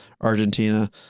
Argentina